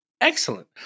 Excellent